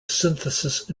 synthesis